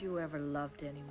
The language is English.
you ever loved any